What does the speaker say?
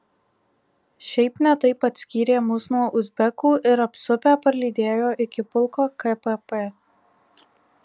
šiaip ne taip atskyrė mus nuo uzbekų ir apsupę parlydėjo iki pulko kpp